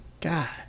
God